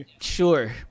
Sure